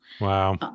Wow